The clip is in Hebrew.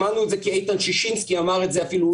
שמענו את זה כי איתן ששינסקי אמר את זה אפילו,